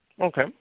Okay